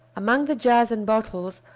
among the jars and bottles,